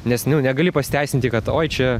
nes nu negali pasiteisinti kad oi čia